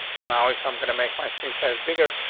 now, if i'm gonna make my screens as bigger,